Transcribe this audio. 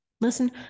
Listen